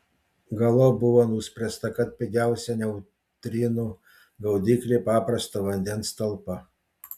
galop buvo nuspręsta kad pigiausia neutrinų gaudyklė paprasto vandens talpa